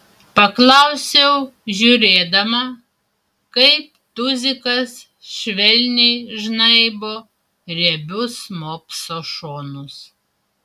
paklausiau žiūrėdama kaip tuzikas švelniai žnaibo riebius mopso šonus